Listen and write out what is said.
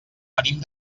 venim